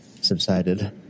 subsided